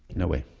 no way,